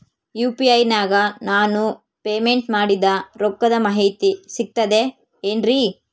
UPI ನಾಗ ನಾನು payment ಮಾಡಿದ ರೊಕ್ಕದ ಮಾಹಿತಿ ಸಿಕ್ತದೆ ಏನ್ರಿ?